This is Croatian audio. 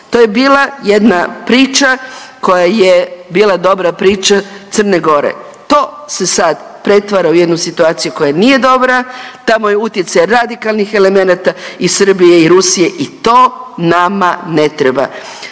To je bila jedna priča koja je bila dobra priča Crne Gore. To se sad pretvara u jednu situaciju koja nije dobra, tamo je utjecaj radikalnih elemenata i Srbije i Rusije i to nama ne treba.